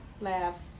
laugh